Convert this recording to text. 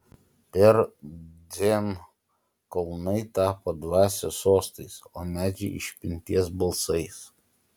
per dzen kalnai tapo dvasių sostais o medžiai išminties balsais